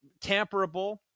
tamperable